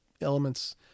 elements